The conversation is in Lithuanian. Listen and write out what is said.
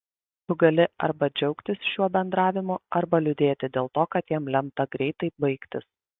tu gali arba džiaugtis šiuo bendravimu arba liūdėti dėl to kad jam lemta greitai baigtis